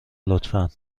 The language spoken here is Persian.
لطفا